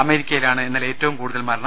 അമേരിക്കയിലാണ് ഇന്നലെ ഏറ്റവും കൂടുതൽ മരണം